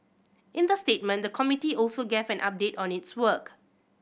in the statement the committee also gave an update on its work